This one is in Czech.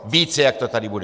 Více, jak to tady bude.